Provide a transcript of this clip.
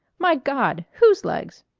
my god! whose legs?